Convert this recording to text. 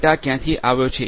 data ક્યાંથી આવ્યો છે